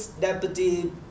Deputy